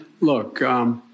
Look